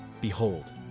Behold